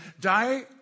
die